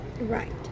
Right